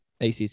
ACC